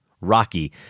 Rocky